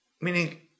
meaning